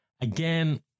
Again